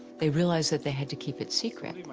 they realized that they had to keep it secret.